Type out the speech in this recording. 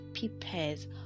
prepares